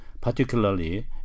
particularly